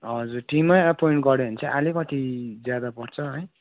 हजुर टिमै अपोइन्ट गऱ्यो भने चाहिँ आलिकति ज्यादा पर्छ है